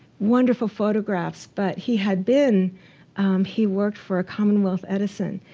wonderful photographs, but he had been he worked for commonwealth edison.